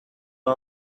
our